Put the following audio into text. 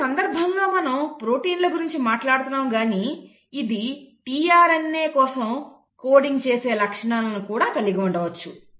ఈ సందర్భంలో మనం ప్రోటీన్ల గురించి మాట్లాడుతున్నాము కానీఇది tRNA కోసం కోడింగ్ చేసే లక్షణాలను కూడా కలిగి ఉండవచ్చు